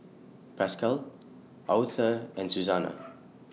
Pascal Authur and Suzanna